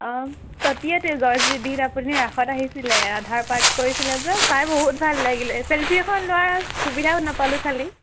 অঁ চতিয়াতে আপুনি ৰাসত আহিছিলে ৰাধাৰ পাৰ্ট কৰিছিলে যে চাই বহুত ভাল লাগিলে ছেল্ফি এখন লোৱাৰ সুবিধাও নাপালোঁ খালী